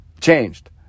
changed